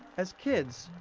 as kids,